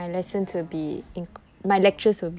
oh ya oh